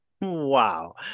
Wow